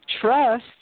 Trust